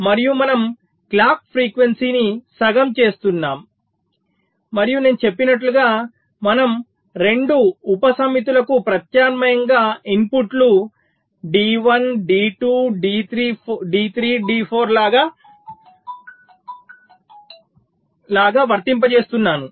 మరియు మనం క్లాక్ ఫ్రీక్వెన్సీని సగం చేస్తున్నాము మరియు నేను చెప్పినట్లుగా మనము 2 ఉపసమితులకు ప్రత్యామ్నాయంగా ఇన్పుట్ను D1 D2 D3 D4 లాగా వర్తింపజేస్తున్నాము